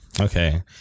Okay